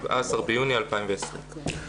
17 ביוני 2020. תודה.